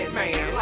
man